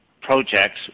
projects